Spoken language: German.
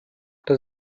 das